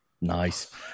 Nice